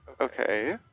Okay